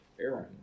Aaron